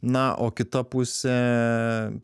na o kita pusė